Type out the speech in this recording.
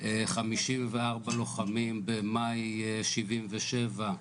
54 לוחמים במאי 77'